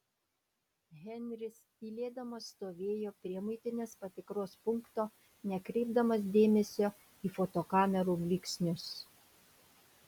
henris tylėdamas stovėjo prie muitinės patikros punkto nekreipdamas dėmesio į fotokamerų blyksnius